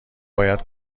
باید